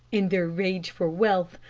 in their rage for wealth,